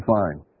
fine